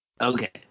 Okay